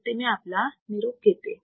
इथे मी आपला निरोप घेते